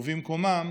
ובמקומם